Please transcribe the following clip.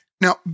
Now